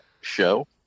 show